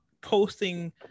posting